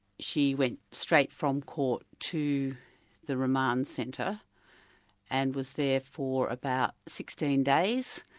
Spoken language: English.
she went straight from court to the remand centre and was there for about sixteen days,